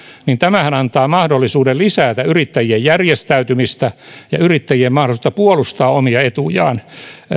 antaa mahdollisuuden lisätä yrittäjien järjestäytymistä ja yrittäjien mahdollisuutta puolustaa omia etujaan